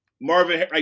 Marvin